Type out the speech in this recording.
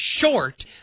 short